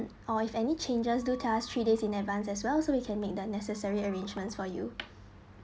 or if any changes do task three days in advance as well so we can make the necessary arrangements for you